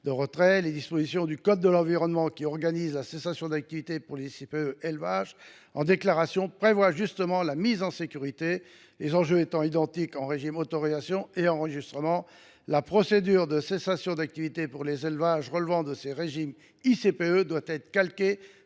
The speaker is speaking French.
d’élevage. Les dispositions du code de l’environnement qui organisent la cessation d’activité pour les ICPE « élevage » soumises à déclaration prévoient que le site doit être mis en sécurité. Les enjeux étant identiques pour les régimes d’autorisation et d’enregistrement, la procédure de cessation d’activité pour les élevages relevant de ces régimes doit être calquée